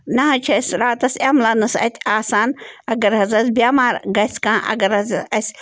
نَہ حظ چھِ اَسہِ راتَس اٮ۪ملَنٕس اَتہِ آسان اگر حظ اَسہِ بٮ۪مار گژھِ کانٛہہ اگر حظ اَسہِ